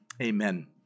Amen